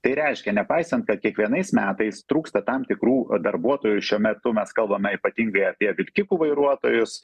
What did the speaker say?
tai reiškia nepaisant kad kiekvienais metais trūksta tam tikrų darbuotojų šiuo metu mes kalbame ypatingai apie vilkikų vairuotojus